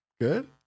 Good